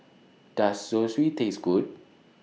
Does Zosui Taste Good